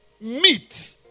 meat